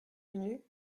venues